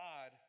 God